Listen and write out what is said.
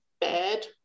bed